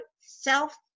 self